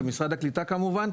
ומשרד הקליטה כמובן,